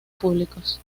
públicos